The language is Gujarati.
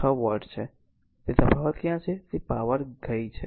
તેથી તફાવત ત્યાં છે જ્યાં તે પાવર ગઈ છે